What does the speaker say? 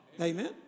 Amen